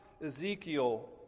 Ezekiel